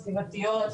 סביבתיות,